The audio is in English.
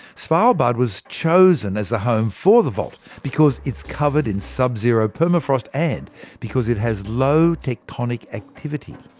svaldbard was chosen as the home for the vault because it's covered in sub-zero permafrost, and because it has low tectonic activity.